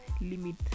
limit